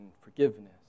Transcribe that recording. forgiveness